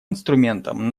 инструментом